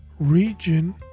region